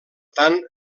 tant